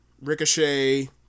Ricochet